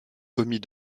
commis